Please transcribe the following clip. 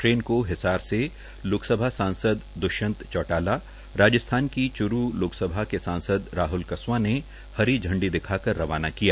ेन को हसार से लोकसभा सांसद दु यंत चौटाला राज थान क चु लोकसभा के सांसद राहुल क वां ने हर झंडी दखा कर रवाना कया